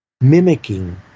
mimicking